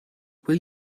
will